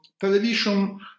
television